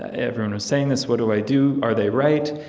ah everyone was saying this. what do i do? are they right?